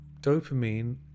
Dopamine